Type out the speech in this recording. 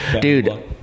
dude